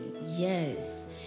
Yes